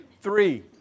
three